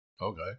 Okay